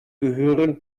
gehören